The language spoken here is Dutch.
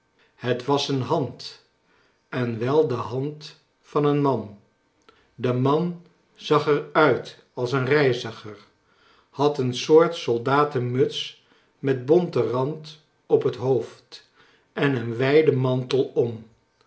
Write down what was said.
het was een hand en wel de hand van een man de man zag er uit als een reiziger had een soort soldatenmuts met bonten rand op het hoofd en een wijden mantel om